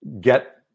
get